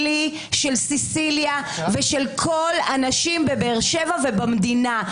שלי, של ססיליה ושל כל הנשים בבאר שבע ובמדינה.